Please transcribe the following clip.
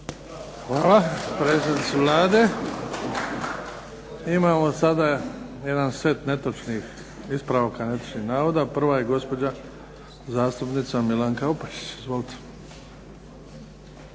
Hvala predsjednici Vlade. Imamo sada jedan set ispravaka netočnih navoda. Prva je gospođa zastupnica MIlanka Opačić. Izvolite.